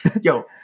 Yo